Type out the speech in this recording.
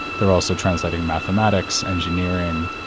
they're also translating mathematics, engineering,